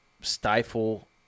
stifle